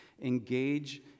Engage